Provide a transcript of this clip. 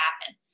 happen